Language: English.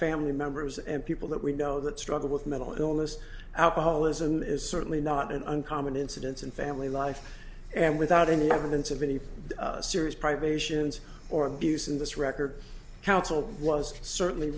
family members and people that we know that struggle with mental illness alcoholism is certainly not an uncommon incidence in family life and without any evidence of any serious privations or abuse in this record council was certainly